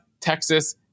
Texas